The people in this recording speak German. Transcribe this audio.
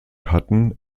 hatten